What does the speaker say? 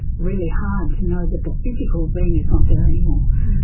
really hard to know that the physical being is not there anymore.